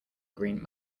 green